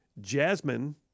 Jasmine